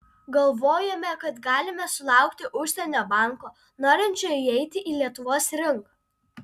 galvojome kad galime sulaukti užsienio banko norinčio įeiti į lietuvos rinką